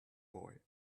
boy